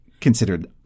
considered